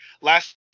Last